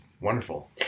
wonderful